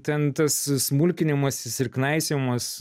ten tas smulkinimasis ir knaisiojimas